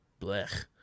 blech